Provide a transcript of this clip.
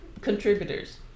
contributors